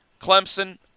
Clemson